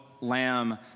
lamb